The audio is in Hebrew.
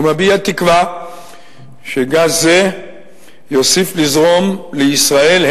והוא מביע תקווה שגז זה יוסיף לזרום לישראל,